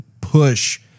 push